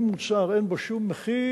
אם מוצר אין בו שום מחיר,